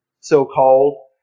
so-called